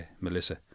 Melissa